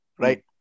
right